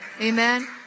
Amen